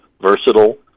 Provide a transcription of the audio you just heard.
versatile